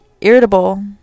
irritable